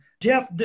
Jeff